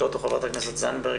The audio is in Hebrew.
הרעיון שהציגה חברת הכנסת זנדברג,